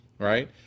Right